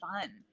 fun